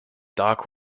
dark